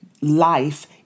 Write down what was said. life